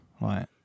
Right